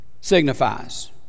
signifies